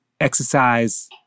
exercise